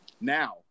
Now